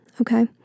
okay